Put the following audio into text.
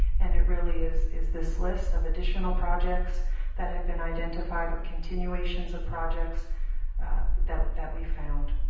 and it really is is this list of additional projects that have been identified or continuations of projects that that we found.